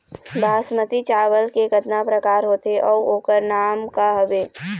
बासमती चावल के कतना प्रकार होथे अउ ओकर नाम क हवे?